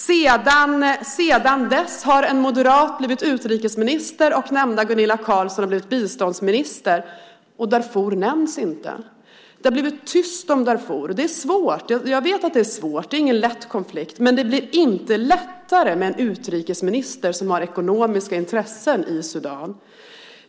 Sedan dess har en moderat blivit utrikesminister och nämnda Gunilla Carlsson har blivit biståndsminister, och Darfur nämns inte. Det har blivit tyst om Darfur. Jag vet att det är svårt, det är ingen lätt konflikt. Men den blir inte lättare med en utrikesminister som har ekonomiska intressen i Sudan.